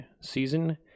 season